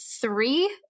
three